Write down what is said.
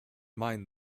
mind